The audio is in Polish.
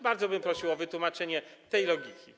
Bardzo bym prosił o wytłumaczenie tej logiki.